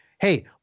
hey